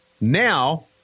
Now